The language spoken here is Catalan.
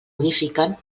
modifiquen